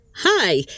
Hi